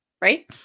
right